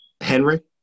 Henry